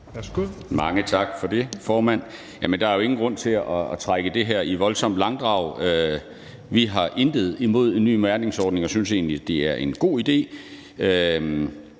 Mange tak for det, formand. Der er jo ingen grund til at trække det her i voldsomt langdrag. Vi har intet imod en ny mærkningsordning og synes egentlig, det er en god idé.